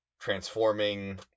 transforming